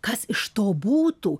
kas iš to būtų